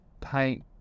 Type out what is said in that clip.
paint